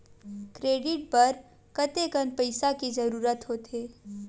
Credit बर कतेकन पईसा के जरूरत होथे?